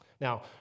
Now